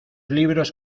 libros